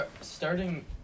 starting